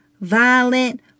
violent